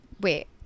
Wait